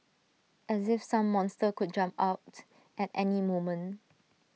as if some monster could jump out at any moment